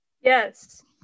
Yes